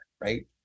right